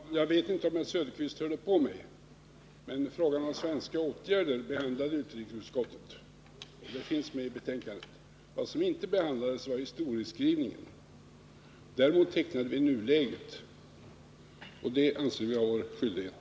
Herr talman! Jag vet inte om Oswald Söderqvist hörde på mig. Men frågan om svenska åtgärder behandlade utrikesutskottet. Det finns med i betänkandet. Vad som inte behandlades var historieskrivningen. Däremot tecknade vi nuläget, och det anser jag vara vår skyldighet.